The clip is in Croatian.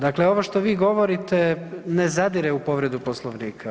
Dakle, ovo što vi govorite ne zadire u povredu Poslovnika.